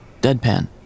Deadpan